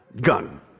Gun